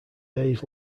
days